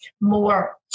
more